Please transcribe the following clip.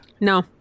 No